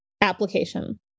application